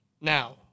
Now